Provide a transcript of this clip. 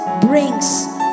brings